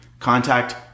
Contact